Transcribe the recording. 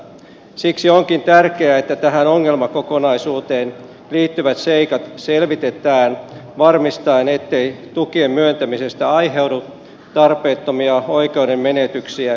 siksi onkin tärkeää että tähän ongelmakokonaisuuteen liittyvät seikat selvitetään varmistaen ettei tukien myöntämisestä aiheudu tarpeettomia oikeuden menetyksiä yrittäjille